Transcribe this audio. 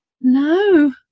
no